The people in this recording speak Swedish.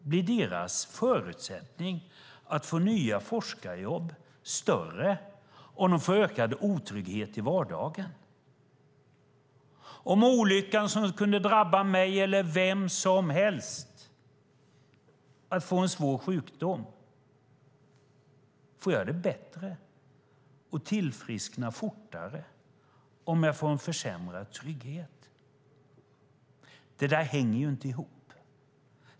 Blir deras förutsättning att få nya forskarjobb större om de får ökad otrygghet i vardagen? Om olyckan att få en svår sjukdom, som skulle kunna drabba mig eller vem som helst, skulle drabba mig - kommer jag då att tillfriskna fortare om jag får en försämrad trygghet? Det där hänger inte ihop.